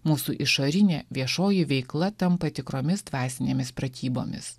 mūsų išorinė viešoji veikla tampa tikromis dvasinėmis pratybomis